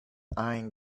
eyeing